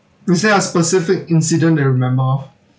is there a specific incident that you remember of